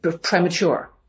premature